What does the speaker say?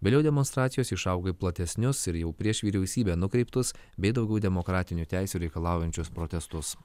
vėliau demonstracijos išaugo į platesnius ir jau prieš vyriausybę nukreiptus bei daugiau demokratinių teisių reikalaujančius protestus